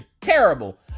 terrible